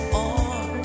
on